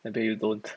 I think you don't